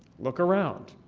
look around.